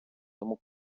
тому